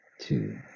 two